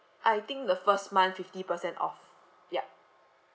I think the first month fifty percent off yup